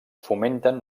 fomenten